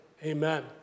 Amen